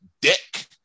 Dick